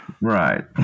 Right